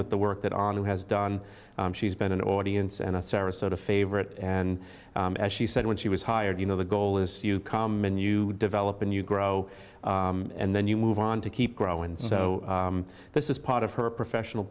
with the work that on who has done she's been an audience and a sarasota favorite and as she said when she was hired you know the goal is you come in you develop and you grow and then you move on to keep growing so this is part of her professional